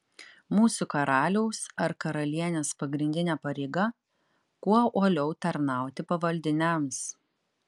mūsų karaliaus ar karalienės pagrindinė pareiga kuo uoliau tarnauti pavaldiniams